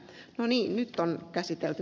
no niin nyt on käsitelty